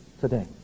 today